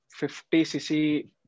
50cc